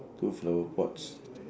two flower pots